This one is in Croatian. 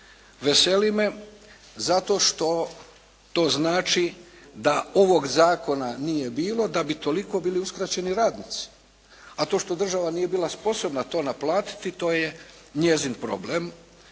Veseli me zato što to znači da ovog zakona nije bilo, da bi toliko bili uskraćeni radnici. A to što država nije bila sposobna to naplatiti to je njezin problem,